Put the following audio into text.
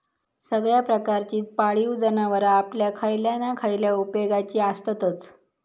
सगळ्या प्रकारची पाळीव जनावरां आपल्या खयल्या ना खयल्या उपेगाची आसततच